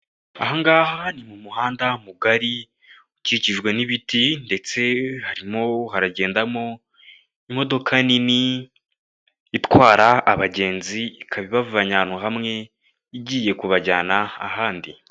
Ahangaha ni mu muhanda mugari ukikijwe n'ibiti, ndetse harimo haragendamo imodoka nini itwara abagenzi. Ikaba ibavanye ahantu hamwe igiye kubajyana ahandi.